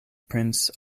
prince